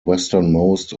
westernmost